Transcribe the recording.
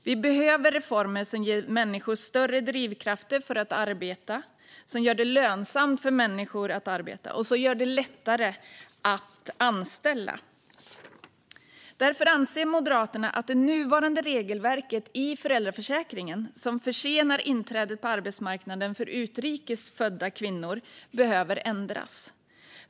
Vi behöver reformer som ger människor större drivkrafter för att arbeta, som gör det lönsamt för människor att arbeta och som gör det lättare att anställa. Därför anser Moderaterna att det nuvarande regelverket för föräldraförsäkringen, som försenar inträdet på arbetsmarknaden för utrikes födda kvinnor, behöver ändras.